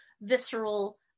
visceral